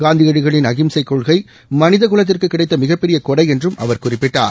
காந்தியடிகளின் அகிம்சை கொள்கை மனிதகுலத்திற்கு கிடைத்த மிகப் பெரிய கொடை என்றும் அவர் குறிப்பிட்டார்